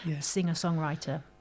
singer-songwriter